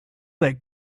that